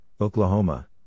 Oklahoma